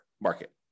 market